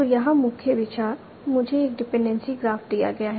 तो यहाँ मुख्य विचार मुझे एक डिपेंडेंसी ग्राफ दिया गया है